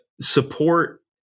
support